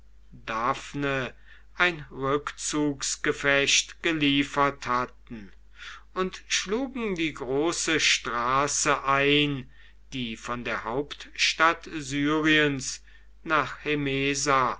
daphne ein rückzugsgefecht geliefert hatten und schlugen die große straße ein die von der hauptstadt syriens nach